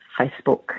Facebook